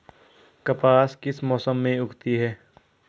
कपास किस मौसम में उगती है?